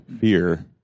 fear